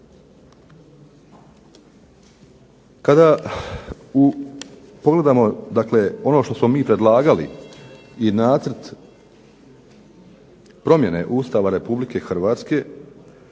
Kada pogledamo dakle ono što smo mi predlagali i Nacrt promjene Ustava Republike Hrvatske